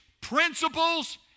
principles